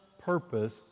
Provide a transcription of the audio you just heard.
purpose